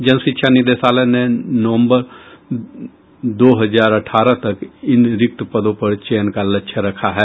जन शिक्षा निदेशालय ने नम्बर दो हजार अठारह तक इन रिक्त पदों पर चयन का लक्ष्य रखा है